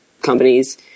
Companies